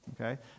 Okay